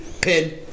pin